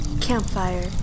Campfire